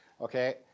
okay